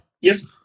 yes